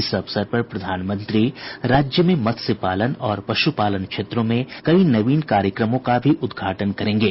इस अवसर पर प्रधानमंत्री राज्य में मत्स्य पालन और पश् पालन क्षेत्रों में कई नवीन कार्यक्रमों का भी उद्घाटन करेंगे